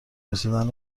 رسیدن